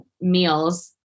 meals